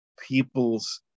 people's